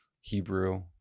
Hebrew